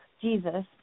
Jesus